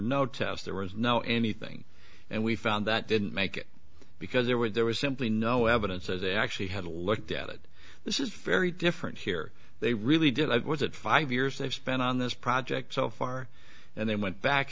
no tests there was no anything and we found that didn't make it because there were there was simply no evidence as they actually had looked at it this is very different here they really did was it five years they've spent on this project so far and they went back